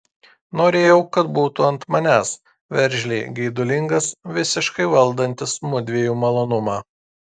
norėjau kad būtų ant manęs veržliai geidulingas visiškai valdantis mudviejų malonumą